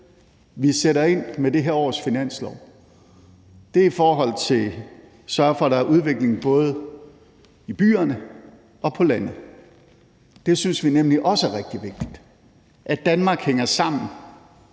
vi sætter ind med det her års finanslov, er i forhold til at sørge for, at der er udvikling, både i byerne og på landet. Det synes vi nemlig også er rigtig vigtigt: At Danmark hænger sammen,